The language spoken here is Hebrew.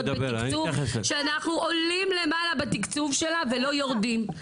בתקצוב שאנחנו עולים למעלה בתקצוב שלה ולא יורדים.